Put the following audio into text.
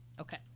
Okay